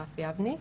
רפי אבני.